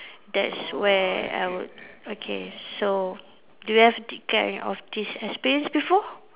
that's where I would okay so do you have this kind of this experience before